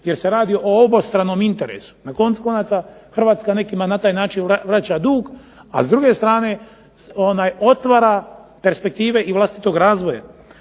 jer se radi o obostranom interesu. Na koncu konaca Hrvatska nekima na taj način vraća dug, a s druge strane otvara perspektive i vlastitog razvoja.